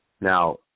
Now